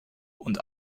und